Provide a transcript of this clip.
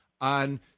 on